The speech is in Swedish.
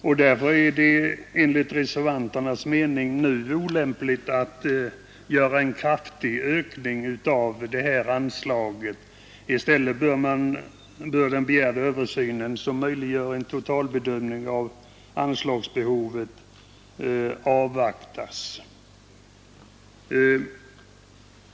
Enligt vår mening är det mot den bakgrunden olämpligt att nu göra en kraftig ökning av anslaget till miljövårdsforskning. I stället bör den begärda översynen, som möjliggör en totalbedömning av anslagsbehovet inom miljövårdsforskningsområdet, avvaktas.